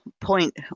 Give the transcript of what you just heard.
point